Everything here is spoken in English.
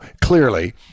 clearly